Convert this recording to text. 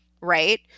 right